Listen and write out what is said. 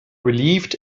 relieved